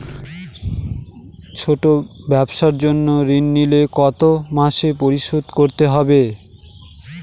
ছোট ব্যবসার জন্য ঋণ নিলে কত মাসে পরিশোধ করতে হয়?